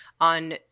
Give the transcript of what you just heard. on